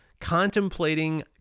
contemplating